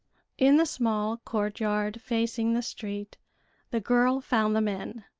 in the small courtyard facing the street the girl found the men,